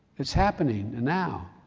it's happening and now.